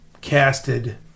casted